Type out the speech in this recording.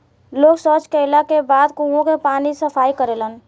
लोग सॉच कैला के बाद कुओं के पानी से सफाई करेलन